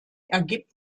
ergibt